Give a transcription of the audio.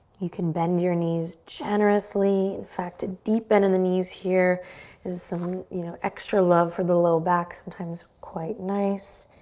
you can bend your knees generously. in fact, a deep bend in the knees here is some you know extra love for the low back, sometimes quite nice.